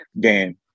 game